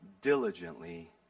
diligently